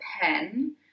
pen